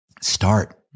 Start